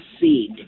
seed